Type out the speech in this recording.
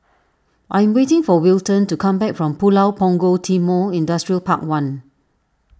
I am waiting for Wilton to come back from Pulau Punggol Timor Industrial Park one